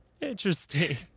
Interesting